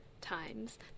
times